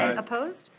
opposed?